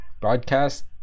Broadcast